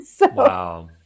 Wow